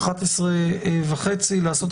אני חושבת שזה שריד לכך שקודם הוא היה